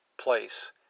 place